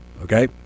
Okay